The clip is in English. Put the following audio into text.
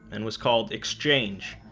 and was called exchange,